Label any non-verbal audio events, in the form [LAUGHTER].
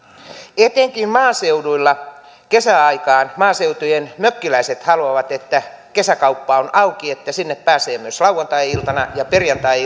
etenkin maaseuduilla kesäaikaan maaseutujen mökkiläiset haluavat että kesäkauppa on auki että sinne pääsee myös lauantai iltana ja perjantai [UNINTELLIGIBLE]